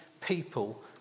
people